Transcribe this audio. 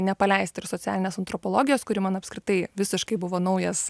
nepaleisti ir socialinės antropologijos kuri man apskritai visiškai buvo naujas